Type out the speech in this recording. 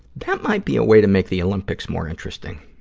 that might be a way to make the olympics more interesting.